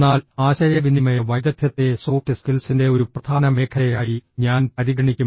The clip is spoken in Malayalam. എന്നാൽ ആശയവിനിമയ വൈദഗ്ധ്യത്തെ സോഫ്റ്റ് സ്കിൽസിന്റെ ഒരു പ്രധാന മേഖലയായി ഞാൻ പരിഗണിക്കും